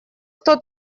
кто